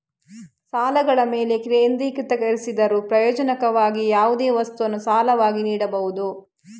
ಸಾಲಗಳ ಮೇಲೆ ಕೇಂದ್ರೀಕರಿಸಿದರೂ, ಪ್ರಾಯೋಗಿಕವಾಗಿ, ಯಾವುದೇ ವಸ್ತುವನ್ನು ಸಾಲವಾಗಿ ನೀಡಬಹುದು